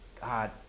God